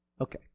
Okay